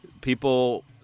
People